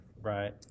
Right